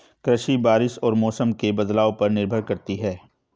कृषि बारिश और मौसम के बदलाव पर निर्भर करती है